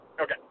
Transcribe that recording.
Okay